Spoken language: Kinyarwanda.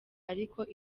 ariko